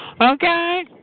Okay